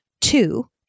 Two